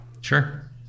sure